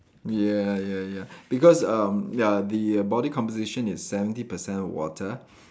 ya ya ya because um ya the body composition is seventy percent water